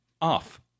off